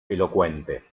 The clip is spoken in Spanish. elocuente